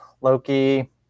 Loki